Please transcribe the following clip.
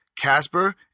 Casper